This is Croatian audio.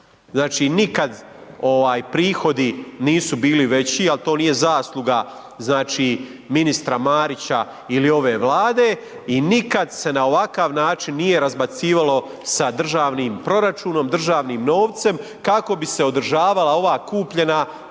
znači nikad prihodi nisu bili veći, ali to nije zasluga ministra Marića ili ove Vlade i nikad se na ovakav način nije razbacivalo sa državnim proračunom, državnim novcem kako bi se održavala ova kupljena